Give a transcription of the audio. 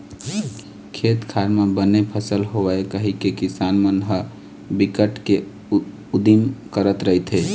खेत खार म बने फसल होवय कहिके किसान मन ह बिकट के उदिम करत रहिथे